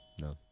No